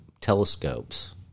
telescopes